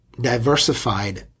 diversified